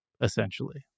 essentially